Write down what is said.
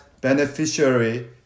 beneficiary